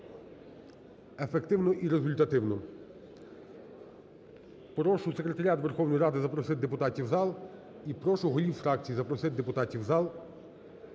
ефективно і результативно.